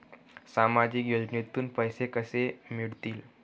सामाजिक योजनेतून पैसे कसे मिळतील?